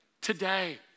today